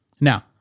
Now